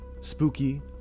spooky